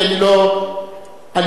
אני,